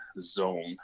zone